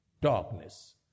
darkness